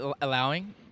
allowing